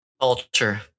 culture